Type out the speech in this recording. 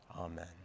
Amen